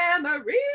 Memories